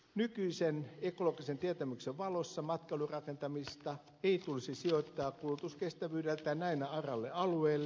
nykyisen ekologisen tietämyksen valossa matkailurakentamista ei tulisi sijoittaa kulutuskestävyydeltään näin aralle alueelle